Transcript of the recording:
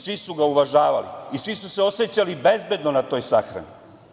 Svi su ga uvažavali i svi su se osećali bezbedno na toj sahrani.